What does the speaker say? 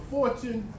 Fortune